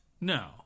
No